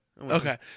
Okay